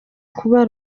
kuba